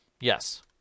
Yes